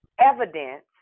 evidence